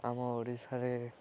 ଆମ ଓଡ଼ିଶାରେ